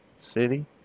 city